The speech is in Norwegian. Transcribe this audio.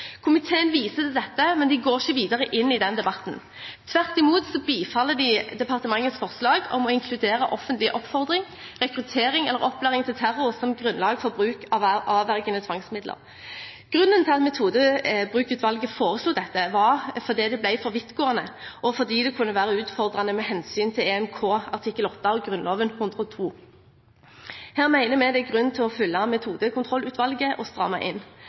Komiteen viser til dette, men går ikke videre inn i den debatten. Tvert imot bifaller de departementets forslag om å inkludere offentlig oppfordring, rekruttering eller opplæring til terror som grunnlag for bruk av avvergende tvangsmidler. Grunnen til at Metodekontrollutvalget foreslo dette, var fordi det ble for vidtgående, og fordi det kunne være utfordrende med hensyn til EMK artikkel 8 og Grunnloven § 102. Her mener vi det er grunn til å følge Metodekontrollutvalget og stramme inn,